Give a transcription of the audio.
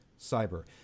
cyber